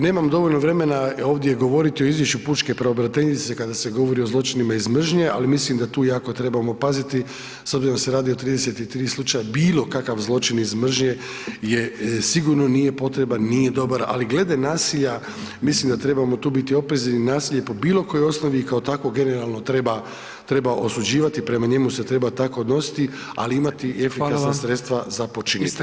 Nemam dovoljno vremena ovdje govorit o izvješću pučke pravobraniteljice kada se govori o zločinima iz mržnje, ali mislim da tu jako trebamo paziti s obzirom da se radi o 33 slučaja, bilokakav zločin iz mržnje sigurno nije potreban, nije dobar ali glede nasilja, mislim da trebamo tu biti oprezni jer nasilje po bilokojoj osnovi i kao takvo generalno treba osuđivati, prema njemu se treba tako odnositi ali i imat efikasna sredstva za počinitelje.